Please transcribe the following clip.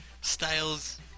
Styles